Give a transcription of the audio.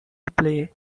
play